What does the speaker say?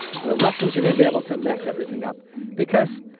the russians are going to be able to mess everything up because,